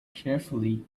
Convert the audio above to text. carefully